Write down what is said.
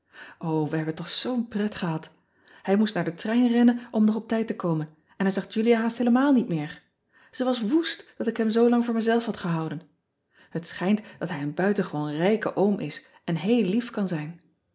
we hebben toch zoo n pret gehad ij moest naar den trein rennen om nog op tijd te komen en hij zag ulia haast heelemaal niet meer e was woest dat ik hem zoolang voor mezelf had gehouden et schijnt dat hij een buitengewoon rijke oom is en heel lief kan zijn